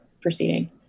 proceeding